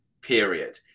period